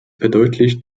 verdeutlicht